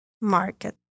Market